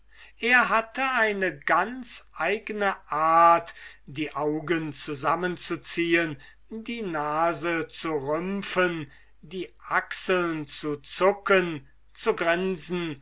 er hatte eine ganz eigne art die augen zusammenzuziehen die nase zu rümpfen die achseln zu zucken zu grinsen